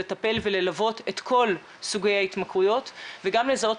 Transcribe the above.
לטפל וללוות את כל סוגי ההתמכרויות וגם לזהות